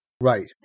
Right